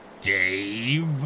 Dave